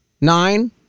nine